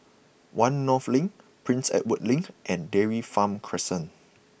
One North Link Prince Edward Link and Dairy Farm Crescent